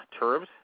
Turbs